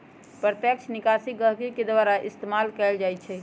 प्रत्यक्ष निकासी गहकी के द्वारा इस्तेमाल कएल जाई छई